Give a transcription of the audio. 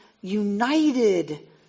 united